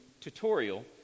tutorial